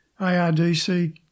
ARDC